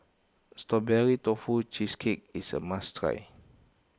Strawberry Tofu Cheesecake is a must try